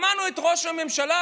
שמענו את ראש הממשלה,